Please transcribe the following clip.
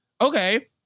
Okay